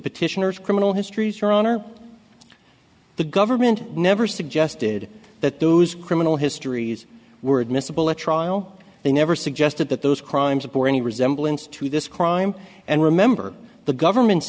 petitioners criminal histories your honor the government never suggested that those criminal histories were admissible at trial they never suggested that those crimes of any resemblance to this crime and remember the government's